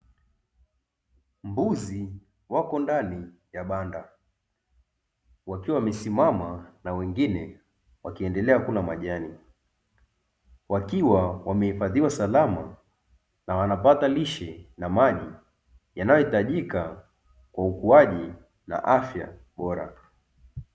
Mbuzi wako ndani ya banda, wakiwa wamesimama na wengine wakiendelea kula majani, wakiwa wamehifadhiwa salama na wanapata lishe na maji yanayohitajika kwa ukuaji na afya bora.